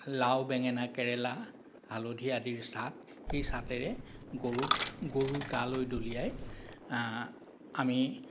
লাও বেঙেনা কেৰেলা হালধি আদিৰ চাট সেই চাটেৰে গৰুক গৰুৰ গালৈ দলিয়াই আমি